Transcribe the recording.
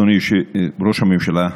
אדוני ראש הממשלה,